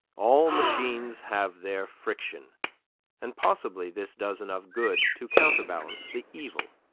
all machines have their friction and possibly this does enough good to counter-balance the evil.